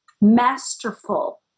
masterful